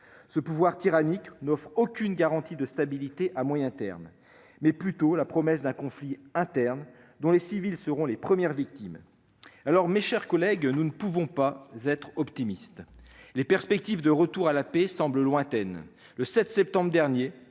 Ce pouvoir tyrannique n'offre aucune garantie de stabilité à moyen terme ; il offre plutôt la promesse d'un conflit interne, dont les civils seront les premières victimes. Mes chers collègues, nous ne pouvons pas être optimistes. Les perspectives de retour à la paix semblent lointaines. En effet, le 7 septembre dernier,